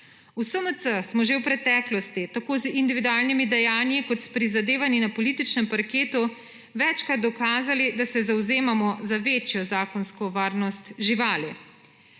V SMC smo že v preteklosti tako z individualnimi dejanji kot s prizadevanji na političnem parketu večkrat dokazali, da se zavzemamo za večjo zakonsko varnost živali.